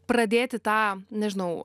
pradėti tą nežinau